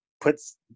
puts